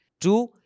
Two